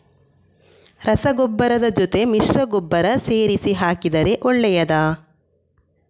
ರಸಗೊಬ್ಬರದ ಜೊತೆ ಮಿಶ್ರ ಗೊಬ್ಬರ ಸೇರಿಸಿ ಹಾಕಿದರೆ ಒಳ್ಳೆಯದಾ?